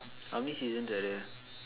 how many seasons are there